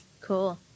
Cool